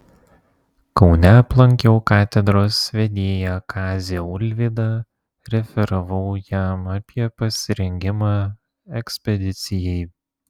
kaune aplankiau katedros vedėją kazį ulvydą referavau jam apie pasirengimą ekspedicijai